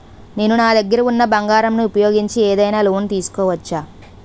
నేను నా దగ్గర ఉన్న బంగారం ను ఉపయోగించి ఏదైనా లోన్ తీసుకోవచ్చా?